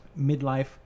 midlife